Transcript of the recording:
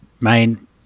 main